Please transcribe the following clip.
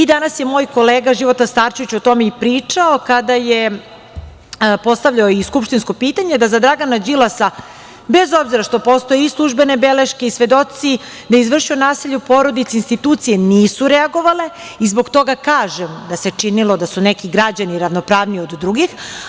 Danas je moj kolega Života Starčević o tome i pričao, kada je postavljao i skupštinsko pitanje, da za Dragana Đilasa, bez obzira što postoje i službene beleške i svedoci da je izvršio nasilje u porodici, institucije nisu reagovale i zbog toga i kažem da se činilo da su neki građani ravnopravniji od drugih.